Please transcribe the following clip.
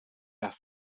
las